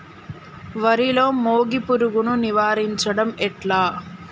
వరిలో మోగి పురుగును నివారించడం ఎట్లా?